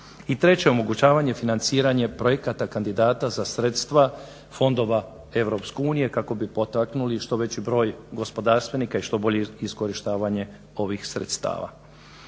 I treće omogućavanje financiranja projekata kandidata za sredstva fondova EU kako bi potaknuli što veći broj gospodarstvenika i što bolje iskorištavanje ovih sredstava.